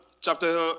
chapter